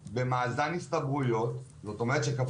יכולים להרשות לעצמם לבזבז זמן או כסף.